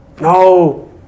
No